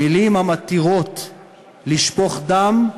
מילים המתירות לשפוך דם,